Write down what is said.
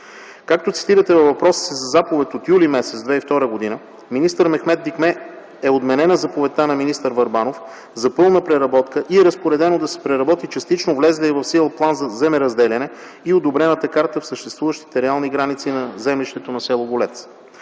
Както цитирате във въпроса си, със заповед от месец юли 2002 г. на министър Мехмед Дикме е отменена заповедта на министър Върбанов за пълна преработка и е разпоредено да се преработи частично влезлия в сила план за земеразделяне и одобрената карта към съществуващите районни граници на землището на с. Голец.